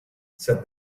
said